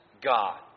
God